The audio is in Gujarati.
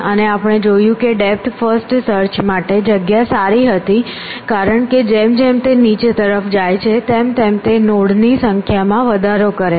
અને આપણે જોયું કે ડેપ્થ ફર્સ્ટ સર્ચ માટે જગ્યા સારી હતી કારણ કે જેમ જેમ તે નીચે તરફ જાય છે તેમ તેમ તે નોડ ની સંખ્યામાં વધારો કરે છે